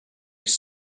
his